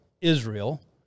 Israel